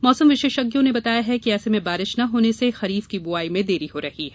मौसम विशेषज्ञों ने बताया कि ऐसे में बारिश न होने से खरीफ की बुआई में देरी हो रही है